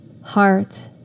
heart